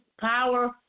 power